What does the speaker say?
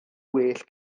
well